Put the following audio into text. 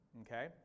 okay